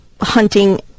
hunting